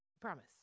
promise